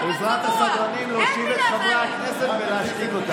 אני מבקש את עזרת הסדרנים להוציא את חברת הכנסת ולהשתיק אותה.